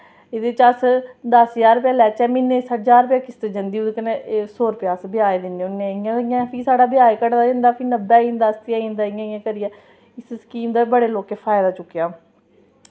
एह्दै अस दस ज्हार लैच्चै म्हीने दे ज्हार रपेआ किश्त जंदी ओह्दै कन्नै सौ रपेआ अस ब्याज दिन्ने होने इ'यां फ्ही साढ़ा ब्याज घटदा जंदे फ्ही नब्बै होई जंदा अस्सी होई जंदा इ'यां इ'यां घटियै इस स्कीम दा बी बड़े लोकें फायदा चुक्केआ